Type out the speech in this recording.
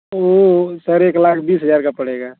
वो सर एक लाख बीस हज़ार का पड़ेगा